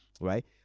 right